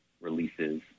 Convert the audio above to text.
releases